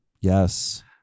Yes